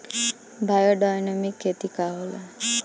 Biodynamic खेती का होला?